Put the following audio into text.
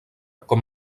com